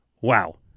Wow